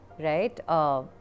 right